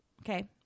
Okay